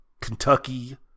Kentucky